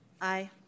Aye